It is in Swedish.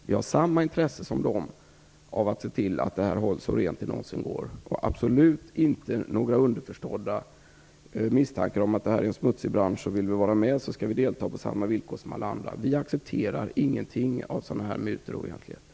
Vi har samma intresse som de av att se till att det här hålls så rent som det någonsin går. Det får absolut inte finnas några underförstådda misstankar om att det här är en smutsig bransch där vi måste delta på samma villkor som alla andra om vi vill vara med. Vi accepterar ingenting av sådana här mutor och oegentligheter.